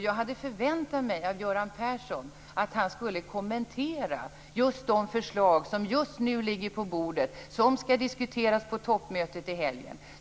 Jag hade förväntat mig av Göran Persson att han skulle kommentera de förslag som just nu ligger på bordet, som skall diskuteras på toppmötet i helgen.